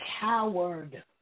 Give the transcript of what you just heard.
coward